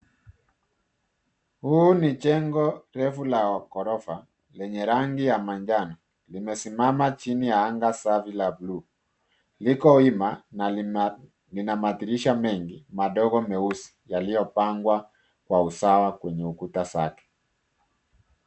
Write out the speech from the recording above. Huu ni jengo refu la ghorofa lenye rangi ya manjano. Limesimama chini ya anga safi la buluu. Liko wima na lina madirisha mengi madogo meusi, yalipangwa kwa usawa kwenye ukuta safi.